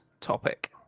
topic